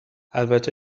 البته